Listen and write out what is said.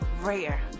Rare